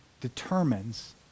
determines